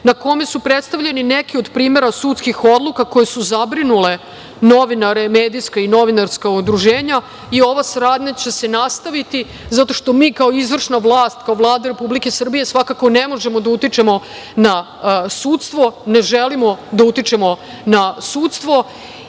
na kome su predstavljeni neki od primera sudskih odluka koji su zabrinule novinare, medijska i novinarska udruženja. Ova saradnja će se nastaviti zato što mi kao izvršna vlast, kao Vlada Republike Srbije svakako ne možemo da utičemo na sudstvo, ne želimo da utičemo na sudstvo